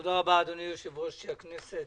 אדוני יושב-ראש הכנסת.